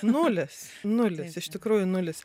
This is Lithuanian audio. nulis nulis iš tikrųjų nulis